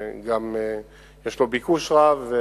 וגם יש לו ביקוש רב.